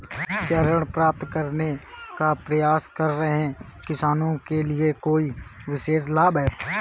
क्या ऋण प्राप्त करने का प्रयास कर रहे किसानों के लिए कोई विशेष लाभ हैं?